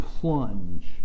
plunge